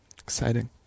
Exciting